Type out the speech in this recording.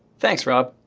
thanks. rob.